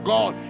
God